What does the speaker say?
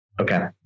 Okay